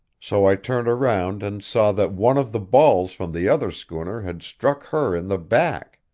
so i turned around and saw that one of the balls from the other schooner had struck her in the back.